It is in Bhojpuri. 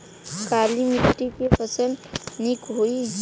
काली मिट्टी क फसल नीक होई?